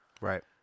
Right